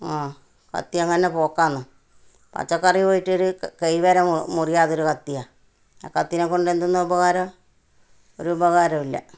ആ കത്തി അങ്ങനെ പോക്കാണ് പച്ചക്കറി പോയിട്ട് ഒരു ക് കൈ വരെ മുറിയാത്തൊരു കത്തിയാണ് ആ കത്തീനെ കൊണ്ടെന്തെന്നാ ഉപകാരം ഒരുപകാരവുമില്ല